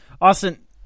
Austin